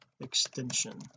extension